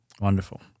Wonderful